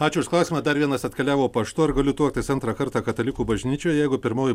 ačiū už klausimą dar vienas atkeliavo paštu ar galiu tuoktis antrą kartą katalikų bažnyčioje jeigu pirmoji